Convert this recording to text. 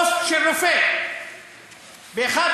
זה ההבדל,